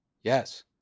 yes